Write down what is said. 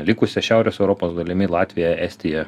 likusia šiaurės europos dalimi latvija estija